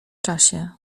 czasie